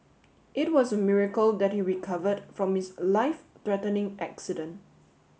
it was a miracle that he recovered from his life threatening accident